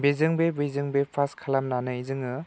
बेजों बे बैजों बे पास खालामनानै जोङो